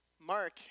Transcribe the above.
Mark